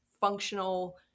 functional